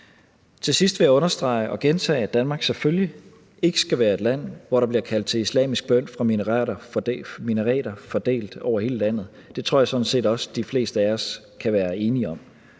Til sidst vil jeg understrege og gentage, at Danmark selvfølgelig ikke skal være et land, hvor der bliver kaldt til islamisk bøn fra minareter fordelt over hele landet. Det tror jeg sådan set også de fleste af os kan være enige om.